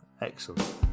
Excellent